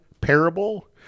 parable